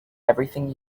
everything